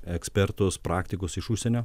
ekspertus praktikus iš užsienio